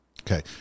Okay